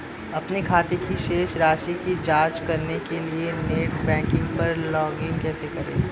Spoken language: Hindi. अपने खाते की शेष राशि की जांच करने के लिए नेट बैंकिंग पर लॉगइन कैसे करें?